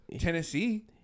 Tennessee